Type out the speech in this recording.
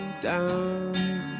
down